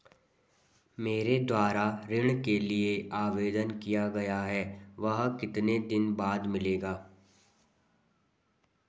मेरे द्वारा ऋण के लिए आवेदन किया गया है वह कितने दिन बाद मिलेगा?